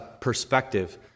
perspective